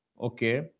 Okay